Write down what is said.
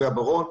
יישובי הברון,